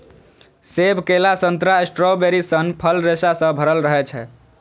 सेब, केला, संतरा, स्ट्रॉबेरी सन फल रेशा सं भरल रहै छै